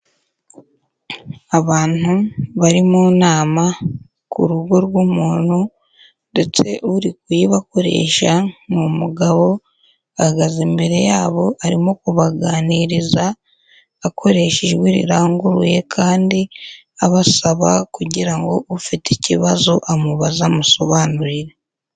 Abantu bari mu nama ku rugo rw'umuntu ndetse uri kuyibakoresha ni umugabo ahagaze imbere yabo arimo kubaganiriza akoreshe ijwi riranguruye kandi abasaba kugira ngo ufite ikibazo amubaze amusobanurire.